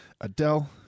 Adele